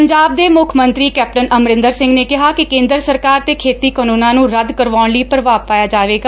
ਪੰਜਾਬ ਦੇ ਮੁੱਖ ਮੰਤਰੀ ਕੈਪਟਨ ਅਮਰੰਦਰ ਸਿੰਘ ਨੇ ਕਿਹਾ ਕਿ ਕੇਦਰ ਸਰਕਾਰ ਤੇ ਖੇਤੀ ਕਾਨ੍ਨੰਨਾਂ ਨ੍ਨੰ ਰੱਦ ਕਰਵਾਉਣ ਲਈ ਪ੍ਰਭਾਵ ਪਾਇਆ ਜਾਵੇਗਾ